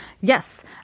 Yes